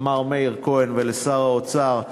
מר מאיר כהן, ולשר האוצר.